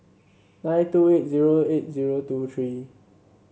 nine two eight zero eight zero two three